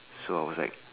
so I was like